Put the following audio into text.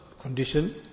condition